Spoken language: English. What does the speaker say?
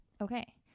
Okay